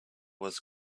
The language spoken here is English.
was